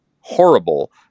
horrible